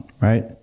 Right